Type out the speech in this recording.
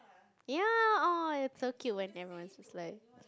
ya oh it's so cute when everyone speaks like